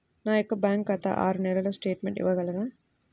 నా యొక్క బ్యాంకు ఖాతా ఆరు నెలల స్టేట్మెంట్ ఇవ్వగలరా?